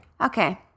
okay